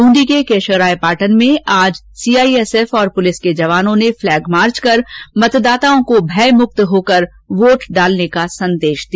ब्रंदी के केशवरायपाटन में आज सीआईएसएफ और पुलिस के जवानों ने फ्लैग मार्च कर मतदाताओं को भय मुक्त होकर वोट डालने का संदेश दिया